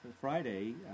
Friday